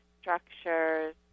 structures